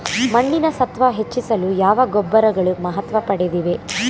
ಮಣ್ಣಿನ ಸತ್ವ ಹೆಚ್ಚಿಸಲು ಯಾವ ಗೊಬ್ಬರಗಳು ಮಹತ್ವ ಪಡೆದಿವೆ?